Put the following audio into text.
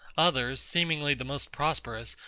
others, seemingly the most prosperous,